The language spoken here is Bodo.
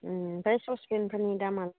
ओमफ्राय स'सपेनफोरनि दामआ